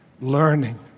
Learning